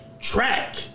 track